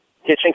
kitchen